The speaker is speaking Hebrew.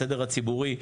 הסדר הציבורי,